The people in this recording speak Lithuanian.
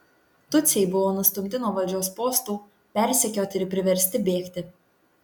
tutsiai buvo nustumti nuo valdžios postų persekioti ir priversti bėgti